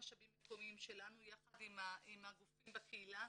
משאבים מקומיים שלנו יחד עם הגופים בקהילה.